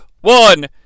One